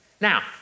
Now